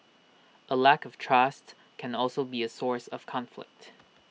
A lack of trust can also be A source of conflict